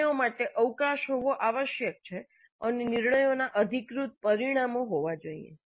નિર્ણયો માટે અવકાશ હોવો આવશ્યક છે અને નિર્ણયોના અધિકૃત પરિણામો હોવા જોઈએ